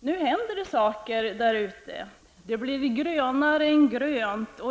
Nu händer det saker där ute. Det blir grönare än grönt.